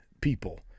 people